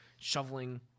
shoveling